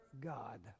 God